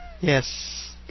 Yes